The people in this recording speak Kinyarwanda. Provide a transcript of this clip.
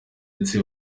ndetse